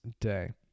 Day